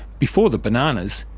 before the bananas,